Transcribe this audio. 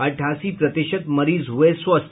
अठासी प्रतिशत मरीज हुये स्वस्थ